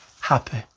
Happy